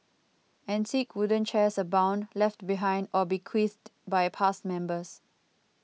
antique wooden chairs abound left behind or bequeathed by past members